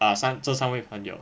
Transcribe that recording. ah 这三位朋友